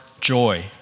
joy